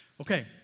Okay